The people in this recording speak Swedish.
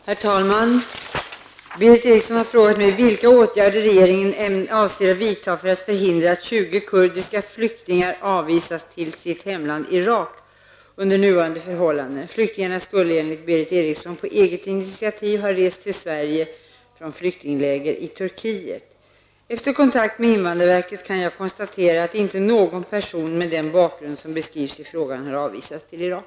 Herr talman! Berith Eriksson har frågat mig vilka åtgärder regeringen avser vidta för att förhindra att 20 kurdiska flyktingar avvisas till sitt hemland Irak under nuvarande förhållanden. Flyktingarna skulle enligt Berith Eriksson på eget initiativ ha rest till Efter kontakt med invandrarverket kan jag konstatera att inte någon person med den bakgrund som beskrivs i frågan har avvisats till Irak.